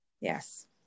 Yes